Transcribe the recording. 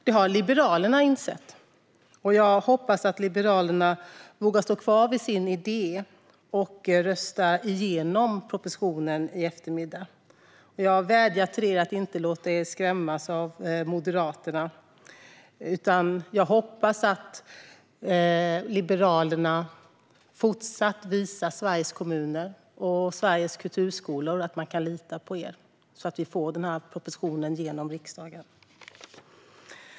Det har Liberalerna insett, och jag hoppas att Liberalerna vågar stå kvar vid sin idé och röstar igenom propositionen i eftermiddag. Jag vädjar till er att inte låta er skrämmas av Moderaterna och hoppas att ni fortsatt visar Sveriges kommuner och Sveriges kulturskolor att man kan lita på er, så att vi får propositionen genom riksdagen.